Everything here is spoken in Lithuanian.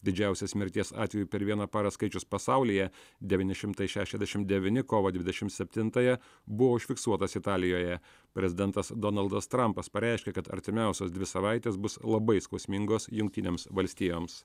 didžiausias mirties atvejų per vieną parą skaičius pasaulyje devyni šimtai šešiasdešimt devyni kovo dvidešimt septintąją buvo užfiksuotas italijoje prezidentas donaldas trampas pareiškė kad artimiausios dvi savaitės bus labai skausmingos jungtinėms valstijoms